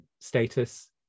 status